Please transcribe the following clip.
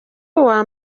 uwa